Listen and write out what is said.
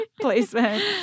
placement